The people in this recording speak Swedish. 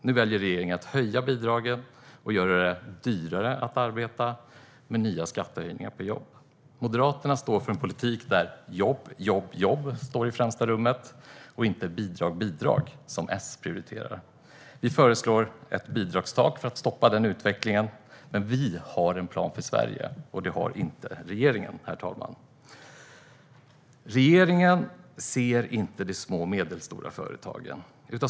Nu väljer regeringen att höja bidragen, och det blir dyrare att arbeta eftersom det kommer nya skattehöjningar på jobb. Moderaterna står för en politik där jobben står i främsta rummet - inte bidragen, som S prioriterar. Vi föreslår ett bidragstak för att stoppa denna utveckling. Vi har en plan för Sverige. Det har inte regeringen. Herr talman! Regeringen ser inte de små och medelstora företagen.